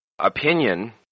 opinion